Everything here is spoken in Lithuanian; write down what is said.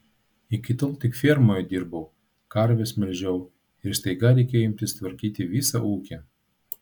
iki tol tik fermoje dirbau karves melžiau ir staiga reikėjo imtis tvarkyti visą ūkį